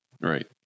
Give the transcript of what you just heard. Right